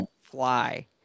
fly